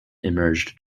emerged